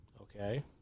Okay